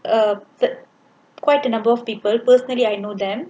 a third quite a number of people personally I know them